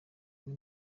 umwe